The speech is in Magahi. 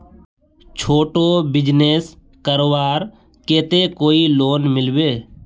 छोटो बिजनेस करवार केते कोई लोन मिलबे?